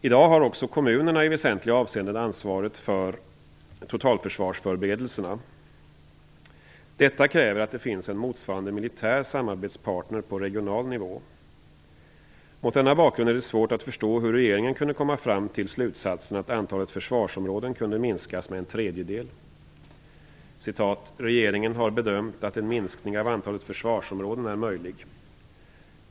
I dag har också kommunerna i väsentliga avseenden ansvaret för totalförsvarsförberedelserna. Detta kräver att det finns en motsvarande militär samarbetspartner på regional nivå. Mot denna bakgrund är det svårt att förstå hur regeringen kunde komma till slutsatsen att antalet försvarsområden kunde minskas med en tredjedel. "Regeringen har bedömt att en minskning av antalet försvarsområden är möjlig.